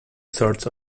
sorts